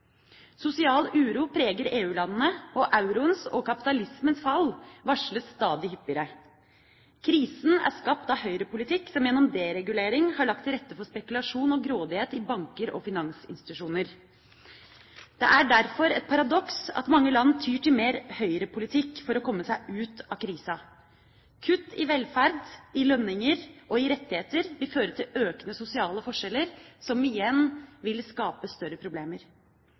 Sosial uro preger EU-landene, og euroens og kapitalismens fall varsles stadig hyppigere. Krisen er skapt av høyrepolitikk som gjennom deregulering har lagt til rette for spekulasjon og grådighet i banker og finansinstitusjoner. Det er derfor et paradoks at mange land tyr til mer høyrepolitikk for å komme seg ut av krisa. Kutt i velferd, i lønninger og i rettigheter vil føre til økende sosiale forskjeller, som igjen vil skape større problemer.